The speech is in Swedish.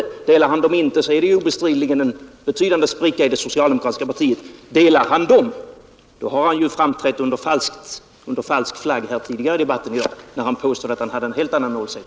Delar han dem inte är det obestridligen en betydande spricka i det socialdemokratiska partiet. Delar han dem har han ju framträtt under falsk flagg tidigare i debatten här i dag, när han påstod att han hade en helt annan åsikt.